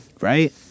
Right